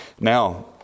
Now